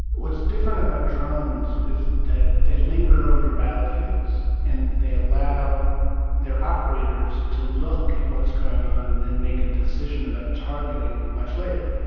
what's different about drones is that they linger over battlefields and they allow their operators to look at what's going on and then make a decision about targeting much later.